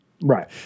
Right